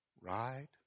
Right